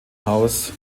haus